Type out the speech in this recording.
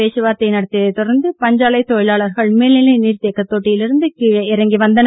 பேச்சுவார்த்தை நடத்தியதை தொடர்ந்து பஞ்சாலை தொழிலாளர்கள் மேல்நிலை நீர்த்தேக்க தொட்டியில் இருந்து கீழே இறங்கி வந்தனர்